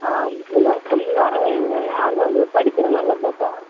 ஆ இல்லை சொல்லி வரவைங்க யாருமே வந்து படிக்கிறது நல்லதுதாப்பா